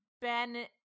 Ben